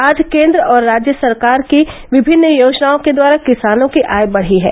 आज केंद्र और राज्य सरकार की विभिन्न योजनाओं के द्वारा किसानों की आय बढ़ी है